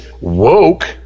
woke